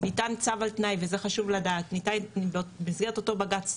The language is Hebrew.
חשוב לדעת שבמסגרת אותו בג"ץ,